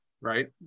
right